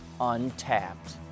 untapped